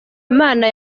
imana